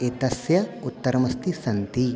एतस्य उत्तरमस्ति सन्ति